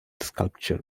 sculpture